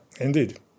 indeed